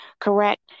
correct